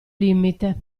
limite